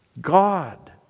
God